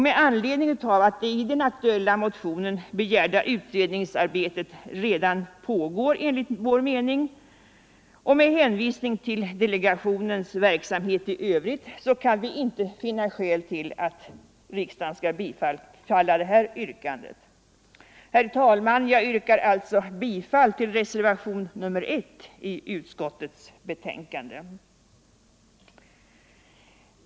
Med anledning av att det i den aktuella motionen begärda utredningsarbetet enligt vår mening redan pågår och med hänsyn till delegationens verksamhet i övrigt kan vi inte finna skäl till att riksdagen skall bifalla yrkandet. Herr talman! Jag yrkar alltså bifall till reservationen 1 i utskottets betänkande.